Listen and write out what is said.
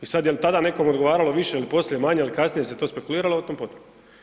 I sad jel tada nekom odgovaralo više ili poslije ili manje ili kasnije se to spekulirano o tom potom.